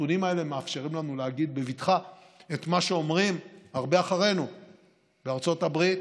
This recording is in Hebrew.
מאפשרים לנו להגיד בבטחה את מה שאומרים הרבה אחרינו בארצות הברית,